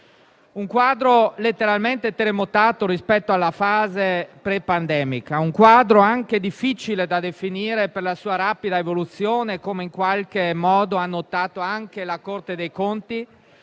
un quadro letteralmente terremotato rispetto alla fase pre-pandemica; un quadro anche difficile da definire per la sua rapida evoluzione, come in qualche modo ha notato anche la Corte dei conti,